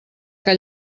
que